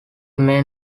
main